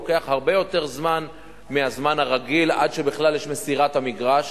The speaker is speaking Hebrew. ולוקח הרבה יותר זמן מהזמן הרגיל עד שבכלל יש מסירת המגרש.